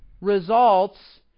results